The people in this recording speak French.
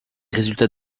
résultats